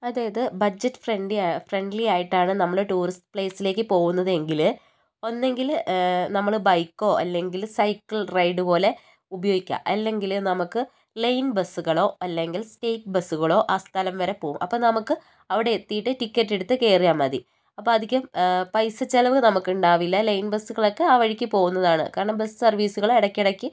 അതായത് budget friendly friendly ആയിട്ടാണ് നമ്മുടെ ടൂറിസ്റ്റ് പ്ലേസിലേക്ക് പോകുന്നതെങ്കിൽ ഒന്നുകിൽ നമ്മൾ ബൈക്കോ അല്ലെങ്കിൽ സൈക്കിൾ റൈഡ് പോലെ ഉപയോഗിക്കാം അല്ലെങ്കിൽ നമുക്ക് ലൈൻ ബസ്സുകളോ അല്ലെങ്കിൽ സ്റ്റേറ്റ് ബസ്സുകളോ ആ സ്ഥലം വരെ പോകും അപ്പോൾ നമുക്ക് അവിടെ എത്തിയിട്ട് ടിക്കറ്റ് എടുത്ത് കയറിയാൽ മതി അപ്പോൾ അധികം പൈസ ചിലവ് നമുക്ക് ഉണ്ടാവില്ല ലൈൻ ബസ്സുകളൊക്കെ ആ വഴിക്ക് പോകുന്നതാണ് കാരണം ബസ് സർവീസുകൾ ഇടയ്ക്കിടയ്ക്ക്